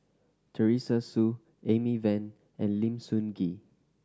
Teresa Hsu Amy Van and Lim Sun Gee